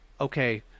okay